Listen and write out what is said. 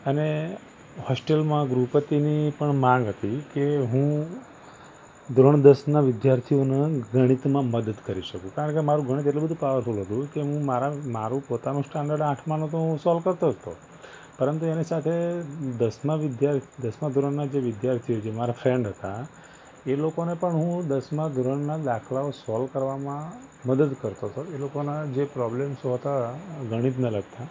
અને હૉસ્ટેલમાં ગૃહપતિની પણ માગ હતી કે હું ધોરણ દસના વિદ્યાર્થીઓને ગણિતમાં મદદ કરી શકું કારણ કે મારું ગણિત એટલું બધું પાવરફૂલ હતું કે હું મારા મારું પોતાનું સ્ટાન્ડર્ડ આઠમાનું તો હું સોલ્વ કરતો જ હતો પરુંતુ એની સાથે દસના વિધા દસમા ધોરણના જે વિધાર્થીઓ જે મારા ફ્રેન્ડ હતા એ લોકોને પણ હું દસમા ધોરણના દાખલાઓ સોલ્વ કરવામાં મદદ કરતો હતો એ લોકોને જે પ્રોબ્લેમ્સો હતા ગણિતને લગતા